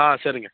ஆ சரிங்க